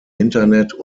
internet